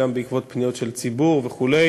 בעקבות פניות של ציבור וכו'.